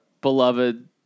beloved